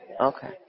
Okay